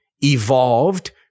evolved